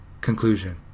Conclusion